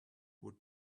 would